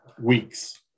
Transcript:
weeks